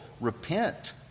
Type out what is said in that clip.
repent